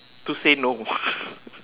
to say no